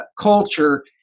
culture